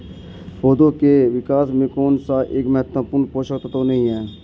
पौधों के विकास में कौन सा एक महत्वपूर्ण पोषक तत्व नहीं है?